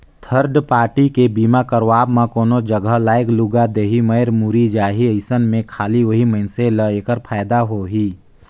third party के बीमा करवाब म कोनो जघा लागय लूगा देही, मर मुर्री जाही अइसन में खाली ओही मइनसे ल ऐखर फायदा होही